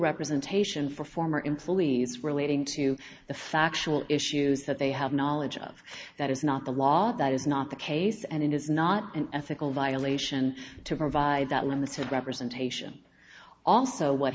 representation for former employees relating to the factual issues that they have knowledge of that is not the law that is not the case and it is not an ethical violation to provide that when the said representation also what